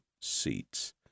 seats